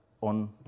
on